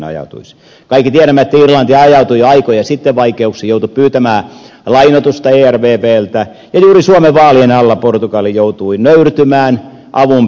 kaikki tiedämme että irlanti ajautui jo aikoja sitten vaikeuksiin joutui pyytämään lainoitusta ervvltä ja juuri suomen vaalien alla portugali joutui nöyrtymään avunpyyntöön